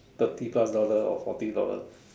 thirty plus dollars or forty dollars